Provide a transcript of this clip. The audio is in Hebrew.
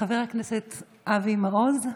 חבר הכנסת מעוז.